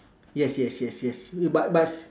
yes yes yes yes we but must